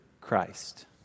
Christ